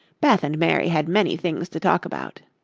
beth and mary had many things to talk about.